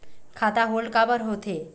खाता होल्ड काबर होथे?